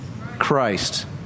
Christ